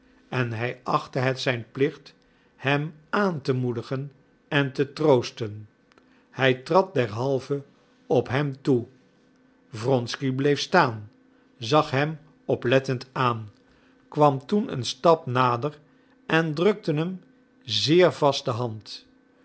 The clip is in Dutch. en hij achtte het zijn plicht hem aan te moedigen en te troosten hij trad derhalve op hem toe wronsky bleef staan zag hem oplettend aan kwam toen een stap nader en drukte hem zeer vast de hand